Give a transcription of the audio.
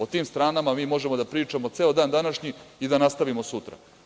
O tim stranama mi možemo da pričamo ceo dan današnji i da nastavimo sutra.